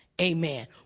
amen